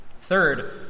third